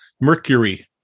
Mercury